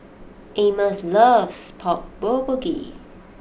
Amos loves Pork Bulgogi